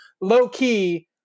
Low-key